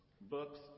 books